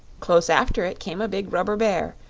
close after it came a big rubber bear,